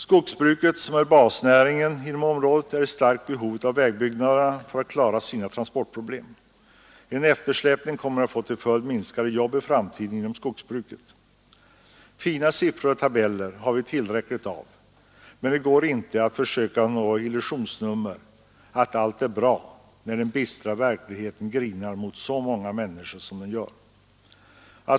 Skogsbruket, som är basnäringen inom området, är i starkt behov av vägutbyggnader för att klara sina transportproblem. En eftersläpning kommer att få till följd minskade jobb i framtiden inom skogsbruket. Fina siffror och tabeller har vi tillräckligt av. Det går inte att med några illusionsnummer försöka få det att framstå som om allt är bra, när den bistra verkligheten grinar mot så många människor.